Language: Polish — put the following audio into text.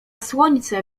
słońce